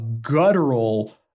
guttural